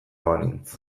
banintz